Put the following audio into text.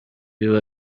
biba